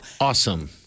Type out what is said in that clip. awesome